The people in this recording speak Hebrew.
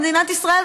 במדינת ישראל,